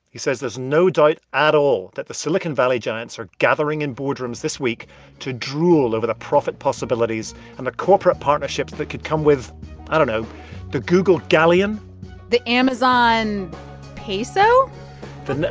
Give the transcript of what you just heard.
he says there's no doubt at all that the silicon valley giants are gathering in boardrooms this week to drool over the profit possibilities and the corporate partnerships that could come with i don't know the google galleon the amazon peso the.